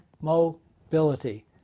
mobility